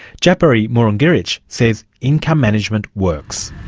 djapirri mununggirritj says income management works.